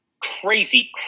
Crazy